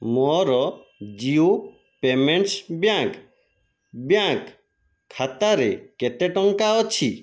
ମୋର Jio payments bank bank ଖାତାରେ କେତେ ଟଙ୍କା ଅଛି